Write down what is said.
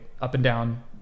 up-and-down